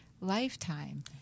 lifetime